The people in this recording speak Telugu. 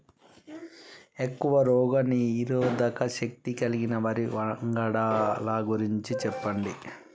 ఎక్కువ రోగనిరోధక శక్తి కలిగిన వరి వంగడాల గురించి చెప్పండి?